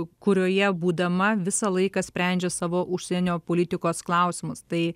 kurioje būdama visą laiką sprendžia savo užsienio politikos klausimus tai